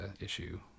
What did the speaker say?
issue